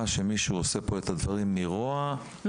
שמישהו פה עושה את הדברים מרוע או בחוסר אמינות.